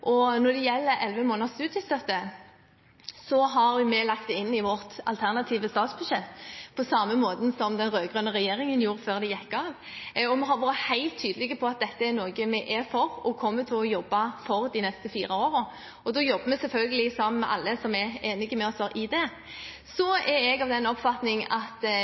Stortinget. Når det gjelder elleve måneders studiestøtte, har vi lagt det inn i vårt alternative statsbudsjett, på samme måte som den rød-grønne regjeringen gjorde før de gikk av. Vi har vært helt tydelige på at dette er noe vi er for og kommer til å jobbe for de neste fire årene. Da jobber vi selvfølgelig sammen med alle som er enige med oss i det. Jeg er av den oppfatning at